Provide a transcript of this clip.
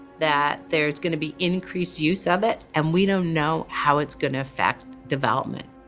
that there's gonna be increased use of it. and we don't know how it's gonna affect development.